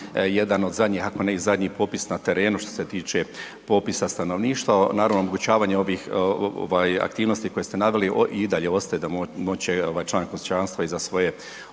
jedan od zadnjih ako ne i zadnjih popisa na terenu što se tiče popisa stanovništva. Naravno, omogućavanje ovih aktivnosti koje ste naveli i dalje ostaje da moći će član kućanstva i za svoje